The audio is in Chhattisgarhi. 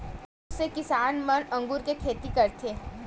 बहुत से किसान मन अगुर के खेती करथ